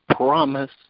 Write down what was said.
Promise